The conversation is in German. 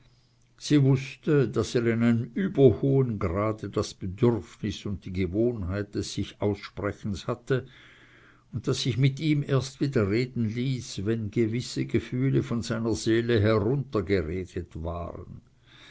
sie wußte daß er in einem überhohen grade das bedürfnis und die gewohnheit des sichaussprechens hatte und daß sich mit ihm erst wieder reden ließ wenn gewisse gefühle von seiner seele heruntergeredet waren